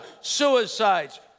suicides